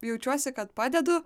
jaučiuosi kad padedu